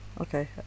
Okay